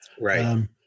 Right